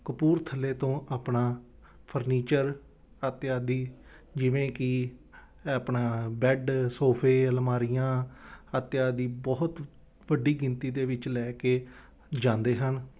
ਕਪੂਰਥਲੇ ਤੋਂ ਆਪਣਾ ਫਰਨੀਚਰ ਅਤੇ ਆਦਿ ਜਿਵੇਂ ਕਿ ਆਪਣਾ ਬੈੱਡ ਸੋਫੇ ਅਲਮਾਰੀਆਂ ਅਤੇ ਆਦਿ ਬਹੁਤ ਵੱਡੀ ਗਿਣਤੀ ਦੇ ਵਿੱਚ ਲੈ ਕੇ ਜਾਂਦੇ ਹਨ